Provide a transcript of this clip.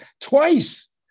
twice